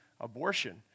abortion